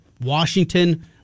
Washington